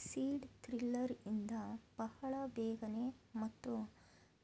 seed driller ಇಂದ ಬಹಳ ಬೇಗನೆ ಮತ್ತು